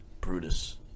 Brutus